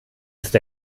ist